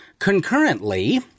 Concurrently